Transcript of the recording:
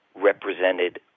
represented